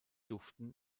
duften